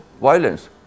violence